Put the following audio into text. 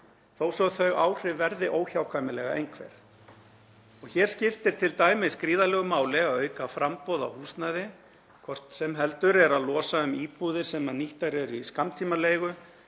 þó svo að þau áhrif verði óhjákvæmilega einhver. Hér skiptir t.d. gríðarlegu máli að auka framboð á húsnæði, hvort heldur sem er að losa um íbúðir sem nýttar eru í skammtímaleigu,